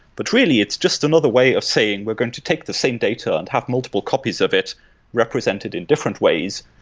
but really, it's just another way of saying we're going to take the same data and have multiple copies of it represented in different ways,